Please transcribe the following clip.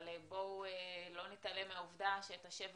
אבל בואו לא נתעלם מהעבודה שאת השבר